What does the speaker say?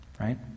Right